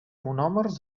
monòmers